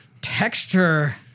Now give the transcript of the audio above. texture